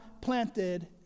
planted